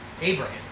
Abraham